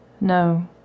No